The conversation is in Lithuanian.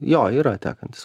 jo yra tekantis